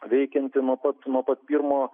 veikianti nuo pat nuo pat pirmo